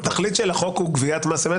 תכלית החוק היא גביית מס אמת.